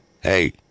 Hey